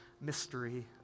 mystery